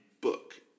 book